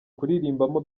kuririmbamo